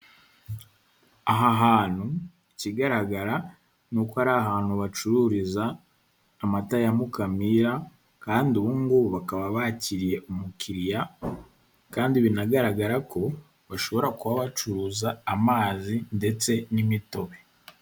Aha hantu ikigaragara ni uko ari ahantu bacururiza amata ya Mukamira, kandi ubungubu bakaba bakiriye umukiriya, kandi binagaragara ko bashobora kuba bacuruza amazi ndetse n'imitobe.